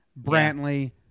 Brantley